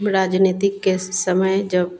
राजनीति के समय जब